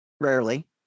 Rarely